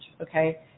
okay